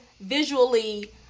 visually